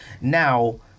now